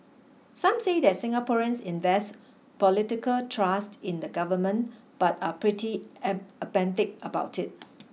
some say that Singaporeans invest political trust in the government but are pretty apathetic about it